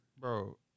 Bro